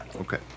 Okay